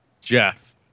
Jeff